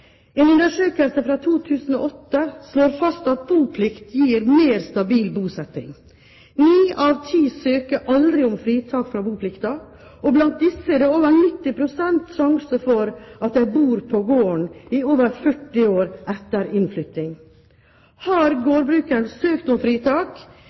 En undersøkelse fra 2008 slår fast at boplikt gir mer stabil bosetting. Ni av ti søker aldri om fritak fra boplikten, og blant disse er det over 90 pst. sjanse for at de bor på gården i over 40 år etter innflytting. Har